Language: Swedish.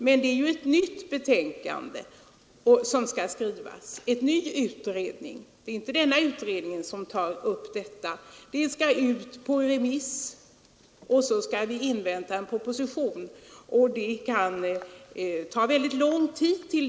Men då skall först en ny utredning göras och ett nytt betänkande skrivas. Det blir ett remissförfarande, och därefter får vi invänta en proposition, vilket kan ta lång tid.